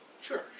sure